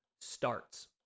starts